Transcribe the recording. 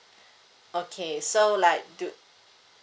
okay so like do